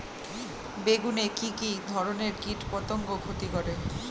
বেগুনে কি কী ধরনের কীটপতঙ্গ ক্ষতি করে?